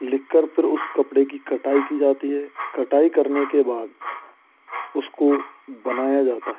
लिख कर फिर उस कपड़े की कटाई की जाती है कटाई करने के बाद उसको बनाया जाता है